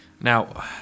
Now